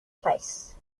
place